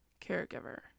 caregiver